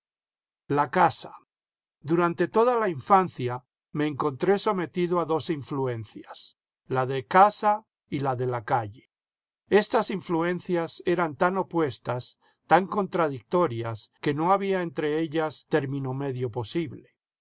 la casa durante toda la infancia me encontré sometido a dos influencias la de casa y la de la calle estas influencias eran tan opuestas tan contradictorias que no había entre eflas término medio posible